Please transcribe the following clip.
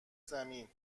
زمین